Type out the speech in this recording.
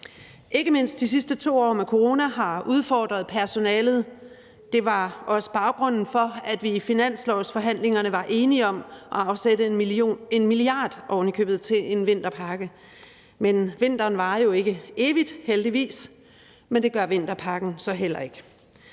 Ikke mindst de sidste 2 år med corona har udfordret personalet. Det var også baggrunden for, at vi i finanslovsforhandlingerne var enige om at afsætte 1 mia. kr. til en vinterpakke. Vinteren varer jo ikke evigt, heldigvis, men det gør vinterpakken så heller ikke.